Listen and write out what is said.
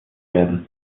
werden